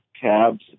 cabs